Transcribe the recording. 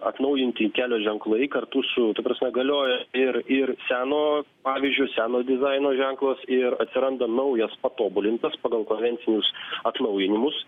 atnaujinti kelio ženklai kartu su ta prasme galioja ir ir seno pavyzdžio seno dizaino ženklas ir atsiranda naujas patobulintas pagal konvencinius atnaujinimus